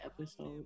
episode